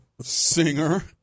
singer